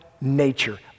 nature